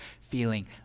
feeling